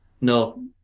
No